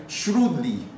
shrewdly